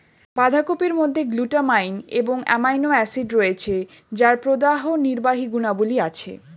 বাঁধাকপির মধ্যে গ্লুটামাইন এবং অ্যামাইনো অ্যাসিড রয়েছে যার প্রদাহনির্বাহী গুণাবলী আছে